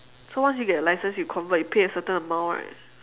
so once you get a license you convert you pay a certain amount right